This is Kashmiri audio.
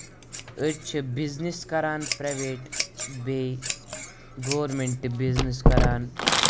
أڑۍ چھِ بِزنِس کران پریویٹ بیٚیہِ گورمینٹ بِزنِس کران